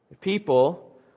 people